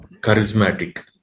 charismatic